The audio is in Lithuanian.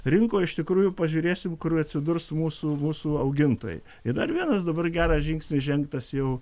rinkoj iš tikrųjų pažiūrėsime kur atsidurs mūsų mūsų augintojai ir dar vienas dabar geras žingsnis žengtas jau